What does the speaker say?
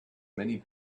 many